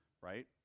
right